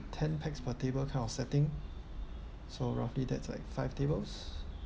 ten pax per table kind of setting so roughly that's like five tables